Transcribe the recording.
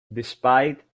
despite